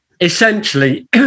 Essentially